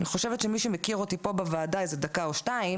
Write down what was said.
אני חושבת שמי שמכיר אותי פה בוועדה דקה או שתיים